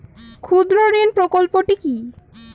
ক্ষুদ্রঋণ প্রকল্পটি কি?